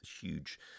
huge